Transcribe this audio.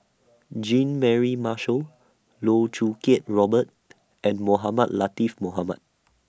Jean Mary Marshall Loh Choo Kiat Robert and Mohamed Latiff Mohamed